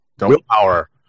Willpower